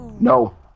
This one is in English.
no